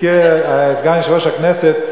הזכיר סגן יושב-ראש הכנסת,